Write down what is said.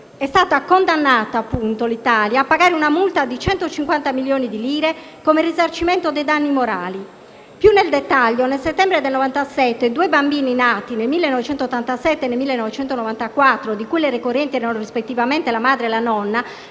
è stata condannata a pagare una multa di 150 milioni di lire come risarcimento dei danni morali. Più nel dettaglio, nel settembre 1997 due bambini nati nel 1987 e nel 1994, di cui le ricorrenti erano rispettivamente la madre e la nonna,